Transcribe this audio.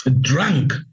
drunk